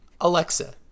Alexa